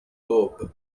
lobe